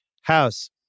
House